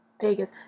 Vegas